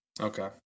Okay